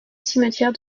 cimetière